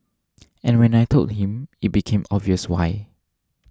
and when I told him it became obvious why